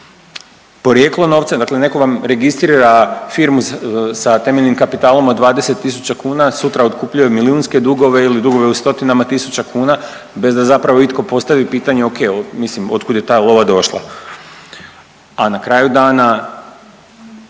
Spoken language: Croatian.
Porijeklo novca, dakle neko vam registrira firmu sa temeljnim kapitalom od 20.000 kuna sutra otkupljuje milijunske dugove ili dugove u stotinama tisuća kuna bez da itko zapravo postavi pitanje ok, mislim od kud je ta lova došla. A na kraju dana